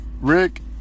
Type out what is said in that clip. Rick